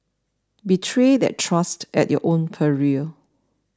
betray that trust at your own peril